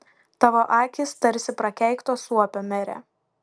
tavo akys tarsi prakeikto suopio mere